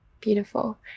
beautiful